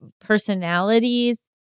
personalities